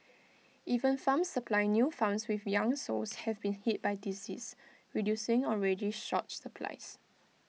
even farms supplying new farms with young sows have been hit by disease reducing already short supplies